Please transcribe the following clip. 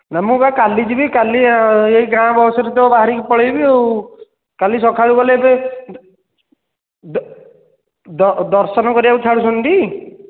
ନା ମୁଁ ବା କାଲି ଯିବି କାଲି ଏହି ଗାଁ ବସ ରେ ତ ବାହାରିକି ପଳାଇବି ଆଉ କାଲି ସକାଳୁ ଗଲେ ଏବେ ଦର୍ଶନ କରିବାକୁ ଛାଡ଼ୁଛନ୍ତି ଟି